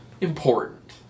important